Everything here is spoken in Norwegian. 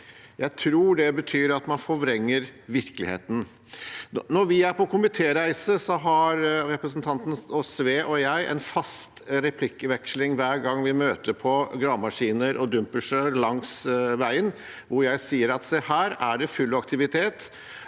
Jeg tror det betyr at man forvrenger virkeligheten. Når vi er på komitéreise, har representanten Sve og jeg en fast replikkveksling hver gang vi møter på gravemaskiner og dumpere langs veien, hvor jeg sier at her er det full aktivitet,